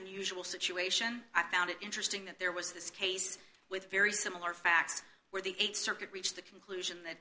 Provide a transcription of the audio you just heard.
unusual situation i found it interesting that there was this case with very similar facts where the th circuit reached the conclusion that